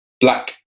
black